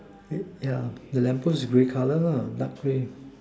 yeah the lamp post grey colour dark grey